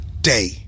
day